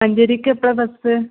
മഞ്ചേരിക്കെപ്പളാ bus